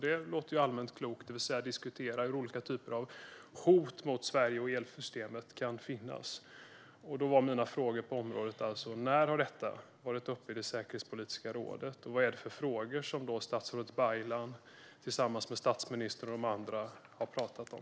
Det låter allmänt klokt, det vill säga att diskutera olika typer av hot mot Sverige och elsystemet som kan finnas. Mina frågor på området var: När har detta varit uppe i det säkerhetspolitiska rådet? Vad är det för frågor som statsrådet Baylan tillsammans med statsministern och de andra har pratat om?